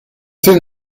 seen